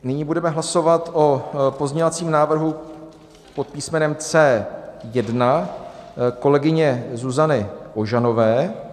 Nyní budeme hlasovat o pozměňovacím návrhu pod písmenem C1 kolegyně Zuzany Ožanové.